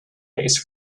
case